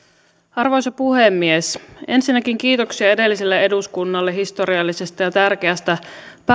arvoisa puhemies ensinnäkin kiitoksia edelliselle eduskunnalle historiallisesta ja tärkeästä